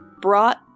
brought